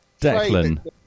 Declan